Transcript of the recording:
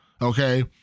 Okay